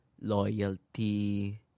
loyalty